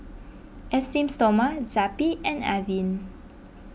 Esteem Stoma Zappy and Avene